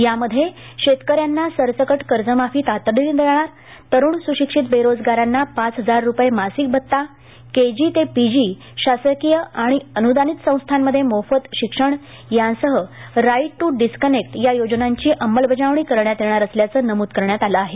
यामध्ये शेतकऱ्यांना सरसकट कर्जमाफी तातडीने देणार तरुण सुशिक्षित बेरोज़गराना पाच हजार रुपये मासिक भत्ता केजी ते पीजी शासकीय आणि अनुदानीत संस्थां मध्ये मोफत शिक्षण यांसह राईट टू डिसकनेक्ट या योजनांची अंमलबजावणी करण्यात येणार असल्याचे नमूद केले आहे